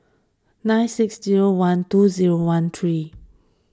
nine six zero one two zero one three